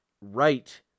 right